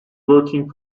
working